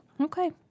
Okay